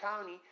county